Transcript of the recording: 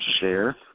share